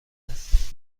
است